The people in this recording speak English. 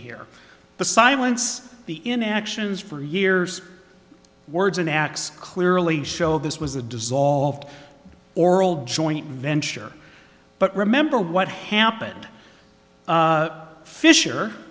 here the silence the inactions for years words in acts clearly show this was a dissolved oral joint venture but remember what happened fisher